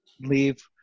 leave